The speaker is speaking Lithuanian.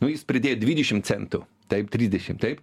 nu jis pridėjo dvidešim centų taip trisdešim taip